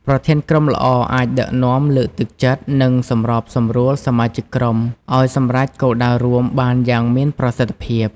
ប្រធានក្រុមល្អអាចដឹកនាំ លើកទឹកចិត្ត និងសម្របសម្រួលសមាជិកក្រុមឱ្យសម្រេចគោលដៅរួមបានយ៉ាងមានប្រសិទ្ធភាព។